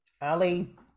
Ali